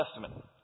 Testament